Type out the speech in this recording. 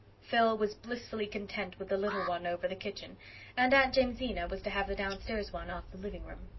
phil was blissfully content with the little one over the kitchen and aunt jamesina was to have the downstairs one off the living-room.